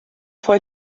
fue